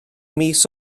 mis